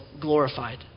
glorified